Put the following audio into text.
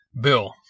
bill